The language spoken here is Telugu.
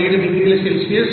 5 డిగ్రీల సెల్సియస్